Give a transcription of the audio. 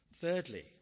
Thirdly